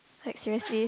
like seriously